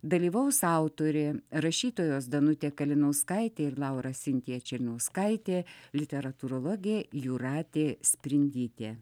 dalyvaus autorė rašytojos danutė kalinauskaitė ir laura sintija černiauskaitė literatūrologė jūratė sprindytė